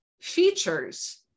features